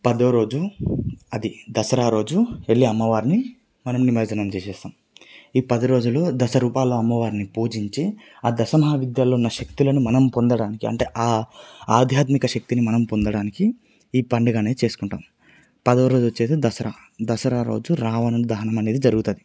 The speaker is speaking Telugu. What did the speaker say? పదవ రోజు అది దసరా రోజు వెళ్ళి అమ్మవారిని మనం నిమజ్జనం చేసేస్తాము ఈ పది రోజులు దశరూపాలలో అమ్మవారిని పూజించి ఆ దశ మహా విద్యల్లో ఉన్న శక్తులను మనం పొందడానికి అంటే ఆ ఆధ్యాత్మిక శక్తిని మనం పొందడానికి ఈ పండుగ అనేది చేసుకుంటాము పదవ రోజు వచ్చేసి దసరా దసరా రోజు రావణుని దహనం అనేది జరుగుతుంది